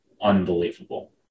unbelievable